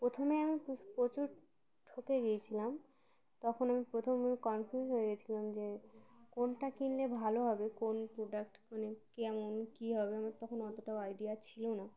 প্রথমে আমি প্রচুর ঠকে গিয়েছিলাম তখন আমি প্রথমে কনফিউজ হয়ে গেছিলাম যে কোনটা কিনলে ভালো হবে কোন প্রোডাক্ট মানে কেমন কী হবে আমার তখন অতটা আইডিয়া ছিল না